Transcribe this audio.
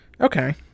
Okay